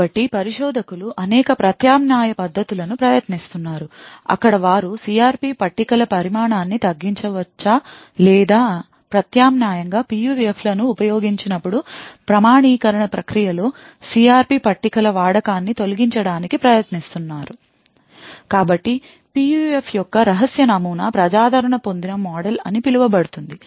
కాబట్టి పరిశోధకులు అనేక ప్రత్యామ్నాయ పద్ధతులను ప్రయత్నిస్తున్నారు అక్కడ వారు CRP పట్టికల పరిమాణాన్ని తగ్గించవచ్చ లేదా ప్రత్యామ్నాయంగా PUF లను ఉపయోగించినప్పుడు ప్రామాణీకరణ ప్రక్రియలో CRP పట్టికల వాడకాన్ని తొలగించడానికి ప్రయత్నిస్తున్నారు కాబట్టి PUF యొక్క రహస్య నమూనా ప్రజాదరణ పొందిన మోడల్ అని పిలువబడుతుంది